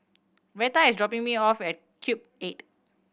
Reta is dropping me off at Cube Eight